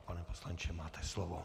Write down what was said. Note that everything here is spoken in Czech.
Pane poslanče, máte slovo.